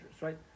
right